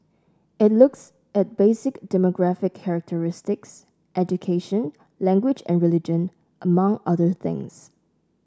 it looks at basic demographic characteristics education language and religion among other things